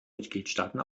mitgliedstaaten